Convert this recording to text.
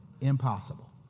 Impossible